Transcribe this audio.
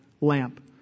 lamp